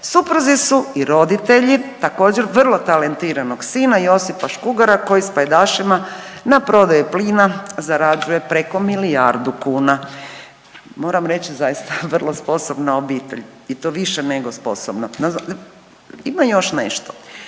supruzi su i roditelji također vrlo talentiranog sina Josipa Škugora koji s pajdašima na prodaji plina zarađuje preko milijardu kuna. Moram reći zaista vrlo sposobna obitelj i to više nego sposobna. Ima još nešto,